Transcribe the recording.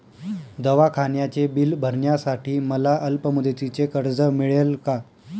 दवाखान्याचे बिल भरण्यासाठी मला अल्पमुदतीचे कर्ज मिळेल का?